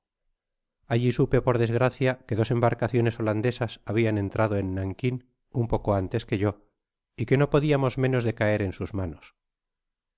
alli supe por desgracia que dos embarcaciones holandesas habian entrado en nankin un poco antes que yo y que no podiamos menos de caer en sus manos